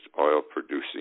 oil-producing